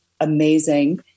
amazing